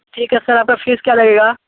ठीक है सर आप का फीस क्या लगेगा